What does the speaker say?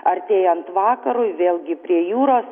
artėjant vakarui vėlgi prie jūros